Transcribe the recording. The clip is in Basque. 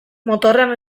motorrean